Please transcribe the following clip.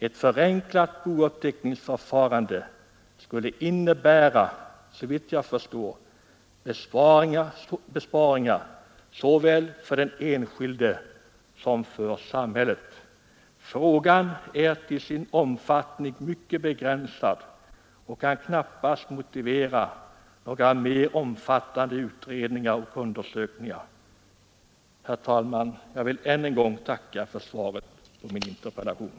Ett förenklat bouppteckningsförfarande skulle, såvitt jag förstår, innebära besparingar såväl för den enskilde som för samhället. Frågan är till sin omfattning mycket begränsad och kan knappast motivera några mer omfattande utredningar och undersökningar. Herr talman! Jag vill än en gång tacka för svaret på min interpellation.